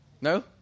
No